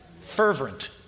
fervent